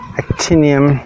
actinium